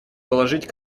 положить